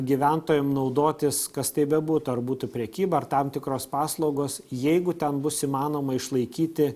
gyventojam naudotis kas tai bebūtų ar būtų prekyba ar tam tikros paslaugos jeigu ten bus įmanoma išlaikyti